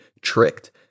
tricked